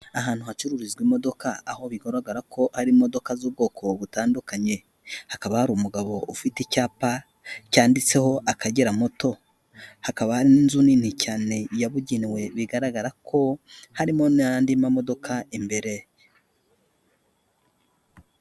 Ahantu hacururizwa imodoka aho bigaragara ko ari imodoka z'ubwoko butandukanye, hakaba hari umugabo ufite icyapa cyanditseho akagera moto, hakaba n'inzu nini cyane yabugenewe bigaragara ko harimo n'andi ma modoka imbere.